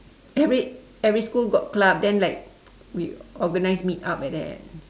every every school got club then like we organise meet up like that